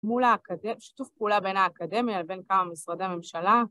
מול האקדמיה... שיתוף פעולה בין האקדמיה לבין כמה משרדי ממשלה.